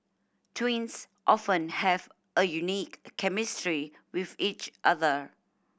twins often have a unique chemistry with each other